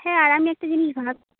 হ্যাঁ আর আমি একটা জিনিস ভাবছি